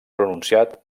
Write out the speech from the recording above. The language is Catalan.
pronunciat